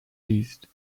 east